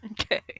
Okay